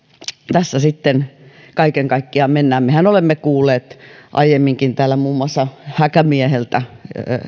tässä sitten kaiken kaikkiaan mennään mehän olemme kuulleet aiemminkin täällä muun muassa häkämieheltä